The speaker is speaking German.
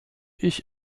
ich